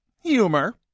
humor